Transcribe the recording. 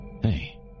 Hey